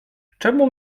czemu